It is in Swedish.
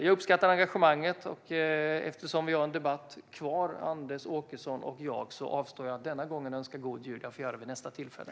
Jag uppskattar engagemanget. Eftersom Anders Åkesson och jag har en debatt kvar avstår jag från att önska god jul denna gång. Det får jag göra vid nästa tillfälle.